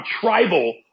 tribal